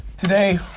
today,